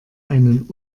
einen